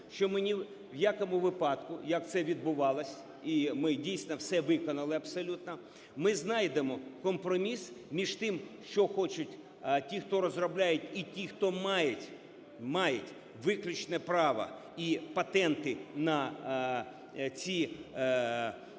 що ми ні в якому випадку, як це відбувалося, і ми дійсно все виконали абсолютно, ми знайдемо компроміс між тим, що хочуть ті, хто розробляють і ті, хто мають, мають виключне право і патенти на ці засоби,